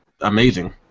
amazing